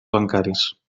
bancaris